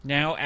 Now